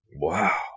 Wow